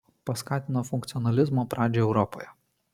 paskatino funkcionalizmo pradžią europoje